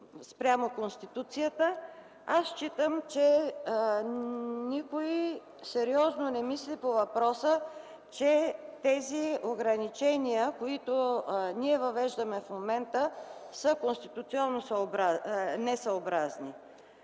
спрямо Конституцията, аз смятам, че никой сериозно не мисли по въпроса, че тези ограничения, които ние въвеждаме в момента, са конституционно несъобразни.